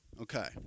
Okay